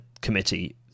committee